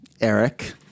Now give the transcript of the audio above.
Eric